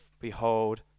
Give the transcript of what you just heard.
behold